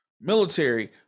military